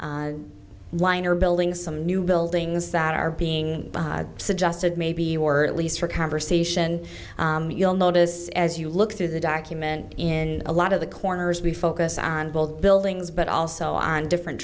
parking line or building some new buildings that are being suggested maybe you are at least for conversation you'll notice as you look through the document in a lot of the corners we focus on both buildings but also on different